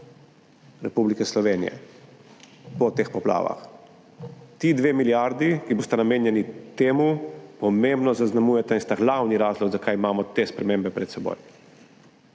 Republike Slovenije po teh poplavah. Ti dve milijardi, ki bosta namenjeni temu, pomembno zaznamujeta in sta glavni razlog za to, da imamo pred seboj